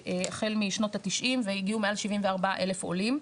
החל משנות התשעים והגיעו מעל 74,000 עולים.